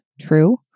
true